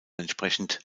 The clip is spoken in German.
entsprechend